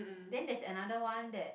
then there's another one that